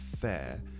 fair